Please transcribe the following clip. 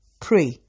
Pray